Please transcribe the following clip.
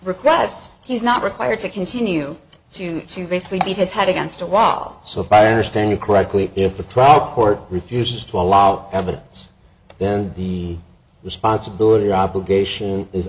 request he's not required to continue to to basically beat his head against a wall so firestone you correctly if the trial court refuses to allow evidence then the responsibility obligation is